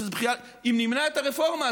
אם נמנע את הרפורמה,